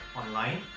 online